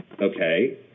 Okay